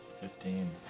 Fifteen